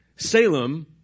Salem